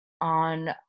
on